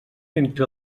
entre